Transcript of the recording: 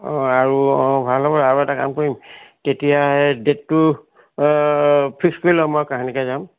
অঁ আৰু অঁ ভাল হ'ব আৰু এটা কাম কৰিম তেতিয়া এই ডেটটো ফিক্স কৰি ল'ম মই কাহানিকৈ যাম